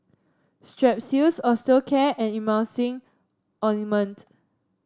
Strepsils Osteocare and Emulsying Ointment